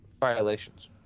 Violations